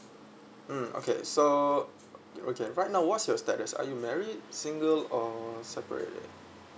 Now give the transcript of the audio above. mm okay so okay right now what's your status are you married single or separated